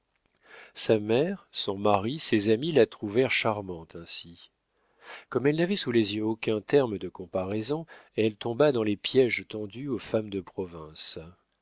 sa mère son mari ses amis la trouvèrent charmante ainsi comme elle n'avait sous les yeux aucun terme de comparaison elle tomba dans les piéges tendus aux femmes de province